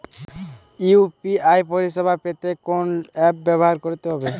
UPI পরিসেবা পেতে কোন অ্যাপ ব্যবহার করতে হবে?